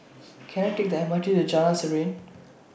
Can I Take The M R T to Jalan Serene